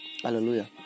Hallelujah